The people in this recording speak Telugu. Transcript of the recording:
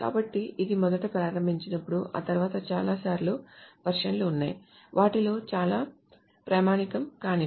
కాబట్టి ఇది మొదట ప్రారంభించినప్పుడు ఆ తరువాత చాలా చాలా వెర్షన్లు ఉన్నాయి వాటిలో చాలా ప్రామాణికం కానివి